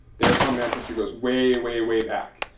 their common ancestor goes way, way, way back.